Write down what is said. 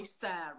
Sarah